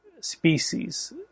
species